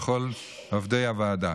וכל עובדי הוועדה.